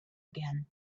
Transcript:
again